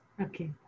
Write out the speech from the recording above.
okay